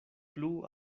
plu